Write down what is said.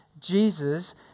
Jesus